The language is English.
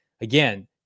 again